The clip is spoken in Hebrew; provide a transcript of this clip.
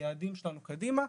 היעדים שלנו קדימה.